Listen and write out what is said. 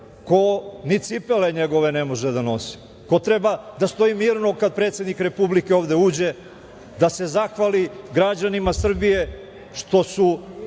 ko ni cipele njegove ne može da nosi, ko treba da stoji mirno kada predsednik Republike ovde uđe, da se zahvali građanima Srbije što su